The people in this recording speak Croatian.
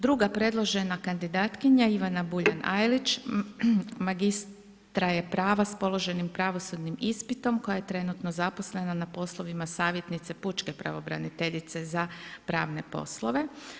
Druga predložena kandidatkinja Ivana Buljan Ajlić magistra je prava s položenim pravosudnim ispitom koja je trenutno zaposlena na poslovima savjetnice pučke pravobraniteljice za pravne poslove.